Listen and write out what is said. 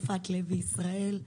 יפעת לוי ישראל,